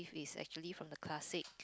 is actually from the classic